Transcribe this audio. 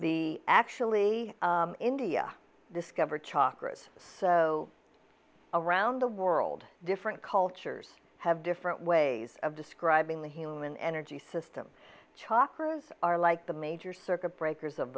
the actually india discovered chocolate so around the world different cultures have different ways of describing the human energy system chalker of are like the major circuit breakers of